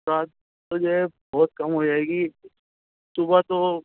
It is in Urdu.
سات تو جو ہے بہت کم ہو جائے گی صبح تو